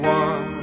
one